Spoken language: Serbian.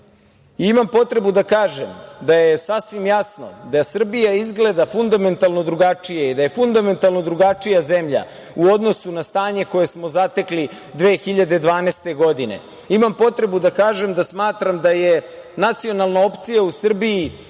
potrebu da kažem da je sasvim jasno da Srbija izgleda fundamentalno drugačije i da je fundamentalno drugačija zemlja u odnosu na stanje koje smo zatekli 2012. godine. Imam potrebu da kažem da smatram da je nacionalna opcija u Srbiji